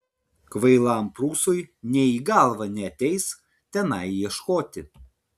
kvailam prūsui nė į galvą neateis tenai ieškoti